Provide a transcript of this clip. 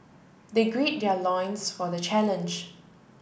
they grid their loins for the challenge